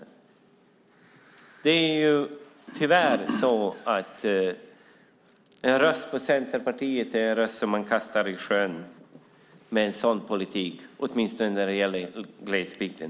Med en sådan politik är det tyvärr så att en röst på Centerpartiet är en röst som man kastar i sjön, åtminstone när det gäller glesbygden.